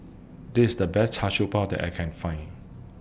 This IS The Best Char Siew Bao that I Can Find